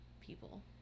people